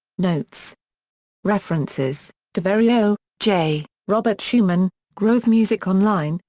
notes references daverio, j, robert schumann, grove music online,